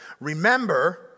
Remember